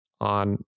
on